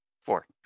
Four